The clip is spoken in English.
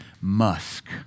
musk